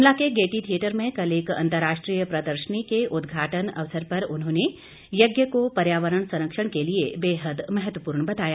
शिमला के gaiety theatre में कल एक अंतर्राष्ट्रीय प्रदर्शनी के उदघाटन अवसर पर उन्होंने यज्ञ को पर्यावरण संरक्षण के लिये बेहद महत्वपूर्ण बताया